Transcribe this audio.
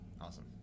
Awesome